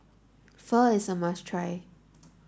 Pho is a must try